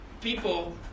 people